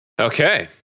Okay